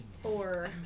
four